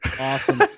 awesome